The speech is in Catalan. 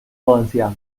valencià